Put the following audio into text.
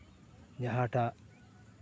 ᱡᱟᱦᱟᱸᱴᱟᱜ